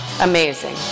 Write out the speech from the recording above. amazing